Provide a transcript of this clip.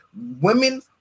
Women